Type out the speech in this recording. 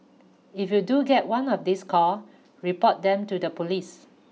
if you do get one of these call report them to the police